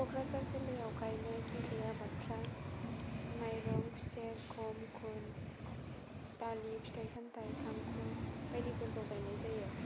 क'क्राझार जिलायाव गायनाय गिबि आबादफ्रा माइरं खुसेर गम खुन दालि फिथाइ सामथाइ थांखु बायदिफोरखौ गायनाय जायो